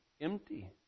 empty